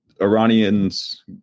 Iranians